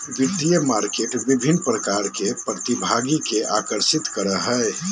वित्तीय मार्केट विभिन्न प्रकार के प्रतिभागि के आकर्षित करो हइ